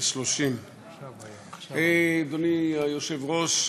יש 30. אדוני היושב-ראש,